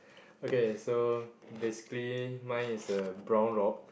okay so basically mine is a brown rock